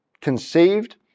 conceived